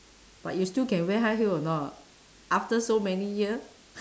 but you still can wear high heel or not after so many year